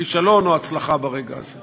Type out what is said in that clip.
כישלון או הצלחה ברגע הזה.